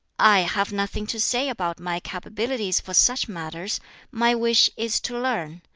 i have nothing to say about my capabilities for such matters my wish is to learn.